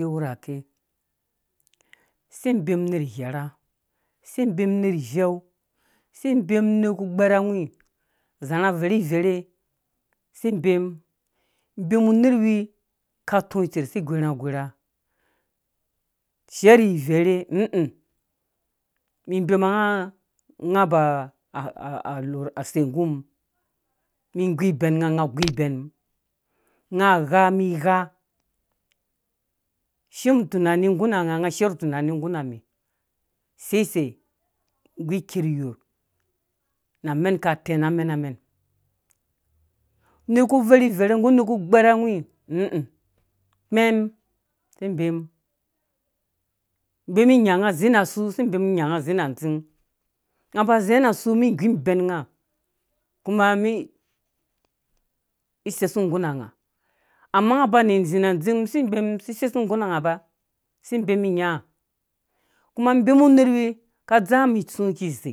si bee mum nerh ighɛrhɛ si neem nerh ivɛu si bee nerh ku gbɛrawhii zãrhã verhi verhe bemu nerh wii ka tɔɔ itser si gorunga gorha shia rhi verhe mi bema nga nga baa asei nggu mi igu ibɛnga nga gubɛm mum nga ga mi gha shim tunaningguna nga nga shia tonu tunani nggu na mi sisei nggu ker iyɔrh na mɛm ka tɛng na mɛna mɛn nerh ku verhi verhe nggu nerh ku gbɛrawii ĩĩ kpɛ̃m si be mum beminyanga zĩ na dzing ngaba zĩa na asu mi gumibɛnga kuma mi ise sum ngguna nga amma nga ba mi zĩ na adzing si bemum si sesum nggunanga ba si beemi nyaa kuma mi bemu nerh wuwi ka dzaa mum itsũwã ki ze